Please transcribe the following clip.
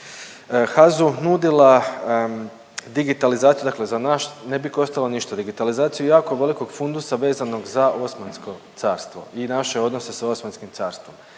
HAZU nudila digitalizaciju, dakle za nas ne bi koštalo ništa, digitalizaciju jako velikog fundusa vezanog za Osmansko carstvo i naše odnose sa Osmanskim carstvom.